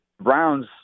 Browns